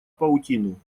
паутину